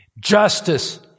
justice